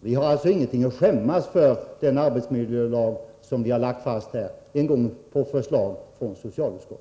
Vi har alltså ingen anledning att skämmas för denna arbetsmiljölag, som kom till på förslag från socialutskottet.